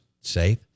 safe